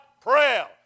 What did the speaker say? prayer